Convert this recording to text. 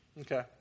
Okay